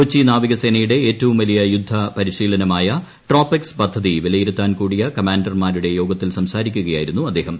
കൊച്ചി നാവിക സേനയുടെ ഏറ്റവും വലിയ യുദ്ധ പരിശീലനമായ ട്രോപെക്സ് പദ്ധതി വിലയിരുത്താൻ കൂടിയ കമാന്റർമാരുടെ യോഗത്തിൽ സംസാരിക്കുകയായിരുന്നു അദ്ദേഹം